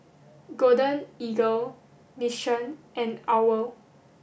Golden Eagle Mission and OWL